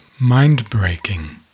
Mindbreaking